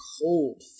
cold